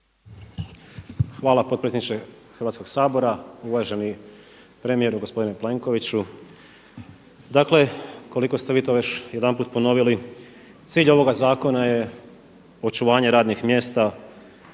Hvala potpredsjedniče Hrvatskoga sabora. Uvaženi premijeru gospodine Plenkoviću, dakle koliko ste vi to već jedanput ponovili cilj ovoga zakona je očuvanje radnih mjesta,